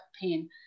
pain